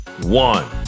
one